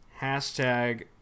Hashtag